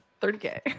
30K